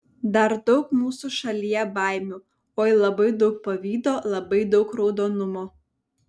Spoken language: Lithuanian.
dar daug mūsų šalyje baimių oi labai daug pavydo labai daug raudonumo